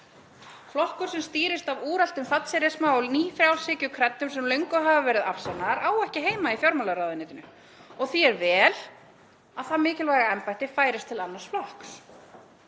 Flokkur sem stýrist af úreltum thatcherisma og nýfrjálshyggjukreddum sem löngu hafa verið afsannaðar á ekki heima í fjármálaráðuneytinu og því er vel að það mikilvæga embætti færist til annars flokks.